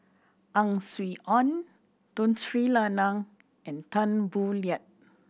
Ang Swee Aun Tun Sri Lanang and Tan Boo Liat